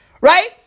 Right